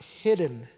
hidden